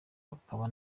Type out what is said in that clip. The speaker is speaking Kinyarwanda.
bikaba